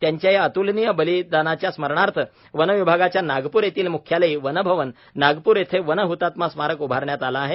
त्यांच्या या अतूलनीय बलिदानाच्या स्मरणार्थ वनविभागाच्या नागपूर येथील म्ख्यालयी वनभवन नागपूर येथे वन हतात्मा स्मारक उभारण्यात आले आहे